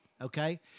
okay